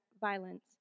violence